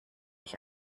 ich